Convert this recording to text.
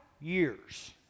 years